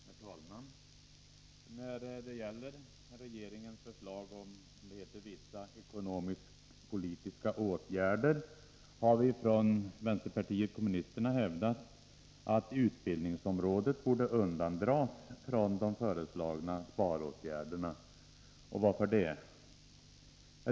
Herr talman! När det gäller regeringens förslag om vissa ekonomiskpolitiska åtgärder har vi från vpk hävdat att utbildningsområdet borde undandras från de föreslagna sparåtgärderna. Varför det?